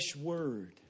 word